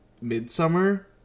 Midsummer